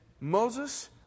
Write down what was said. Moses